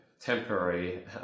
temporary